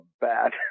bad